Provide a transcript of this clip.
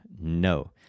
No